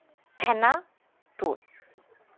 ᱯᱷᱮᱱᱟ ᱛᱩᱫ